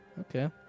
Okay